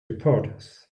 reporters